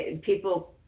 people